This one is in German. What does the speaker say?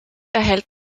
erhält